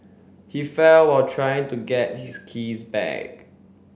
he fell while trying to get his keys back